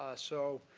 ah so,